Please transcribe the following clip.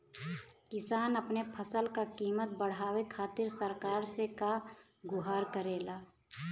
किसान अपने फसल क कीमत बढ़ावे खातिर सरकार से का गुहार करेला?